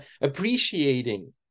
appreciating